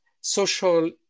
social